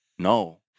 No